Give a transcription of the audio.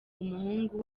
umuhungu